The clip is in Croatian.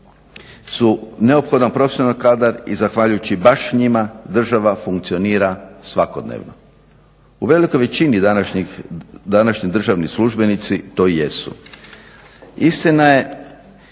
su neophodan profesionalni kadar i zahvaljujući baš njima država funkcionira svakodnevno. U velikoj većini današnji državni službenici to jesu. Istina je